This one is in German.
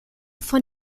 von